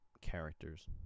characters